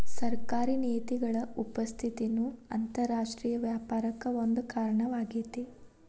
ಸರ್ಕಾರಿ ನೇತಿಗಳ ಉಪಸ್ಥಿತಿನೂ ಅಂತರರಾಷ್ಟ್ರೇಯ ವ್ಯಾಪಾರಕ್ಕ ಒಂದ ಕಾರಣವಾಗೇತಿ